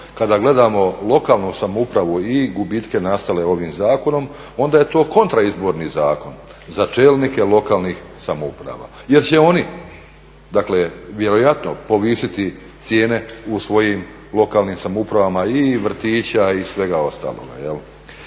kada gledamo lokalnu samoupravu i gubitke nastale ovim zakonom onda je to kontra izborni zakon za čelnike lokalnih samouprava jer će oni vjerojatno povisiti cijene u svojim lokalnim samoupravama i vrtića i svega ostaloga.